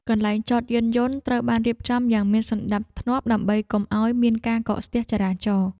កន្លែងចតយានយន្តត្រូវបានរៀបចំយ៉ាងមានសណ្តាប់ធ្នាប់ដើម្បីកុំឱ្យមានការកកស្ទះចរាចរណ៍។